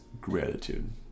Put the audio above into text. gratitude